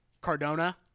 Cardona